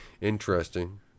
Interesting